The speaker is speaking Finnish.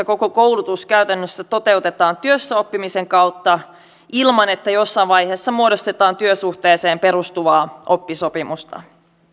koko koulutus käytännössä toteutetaan työssäoppimisen kautta ilman että jossain vaiheessa muodostetaan työsuhteeseen perustuvaa oppisopimusta